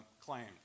claim